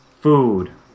food